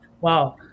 Wow